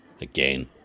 Again